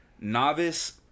novice